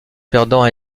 perdants